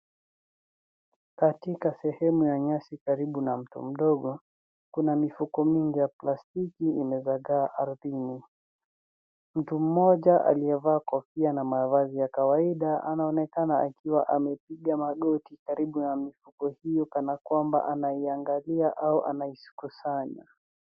Katika sehemu ya nyasi karibu na mto mdogo, kuna mifungoo mingi ya plastiki inayogagaa ardhini. Mtu mmoja aliyevaa kofia na mavazi ya akwaida anaonekana akiwa amepiga magoti karibu na mifuko iyo kana kwamba anaiangalia au anaikusanya.